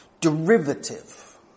derivative